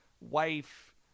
wife